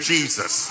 Jesus